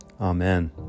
Amen